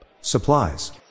Supplies